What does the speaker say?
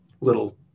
little